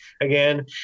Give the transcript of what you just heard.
again